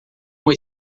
uma